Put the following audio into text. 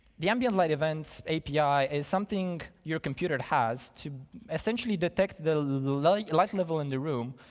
the ambient light event api is something your computer has to essentially detect the light light level in the room,